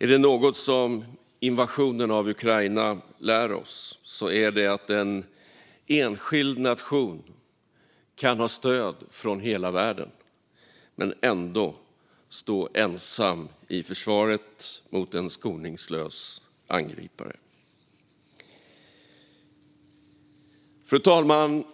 Är det något som invasionen av Ukraina lär oss är det att en enskild nation kan ha stöd från hela världen men ändå stå ensam i försvaret mot en skoningslös angripare. Fru talman!